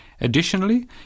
Additionally